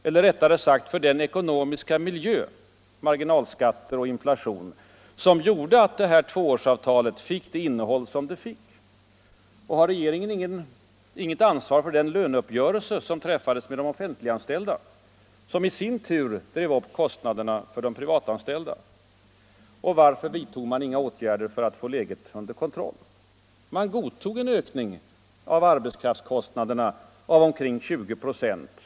Eller rättare sagt för den ekonomiska miljö — marginalskatter och inflation - som gjorde att tvåårsavtalet fick det innehåll som det fick? Och har regeringen heller inget ansvar för den löneuppgörelse för de offentliganställda som i sin tur drev upp kostnaderna för de privatanställda? Varför vidtog man inga åtgärder för att få läget under kontroll? Man godtog en ökning av arbetskraftskostnaderna av omkring 20 96.